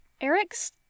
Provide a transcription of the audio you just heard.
Eric's